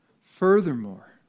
Furthermore